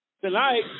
Tonight